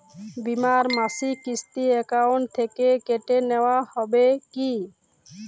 বিমার মাসিক কিস্তি অ্যাকাউন্ট থেকে কেটে নেওয়া হবে কি?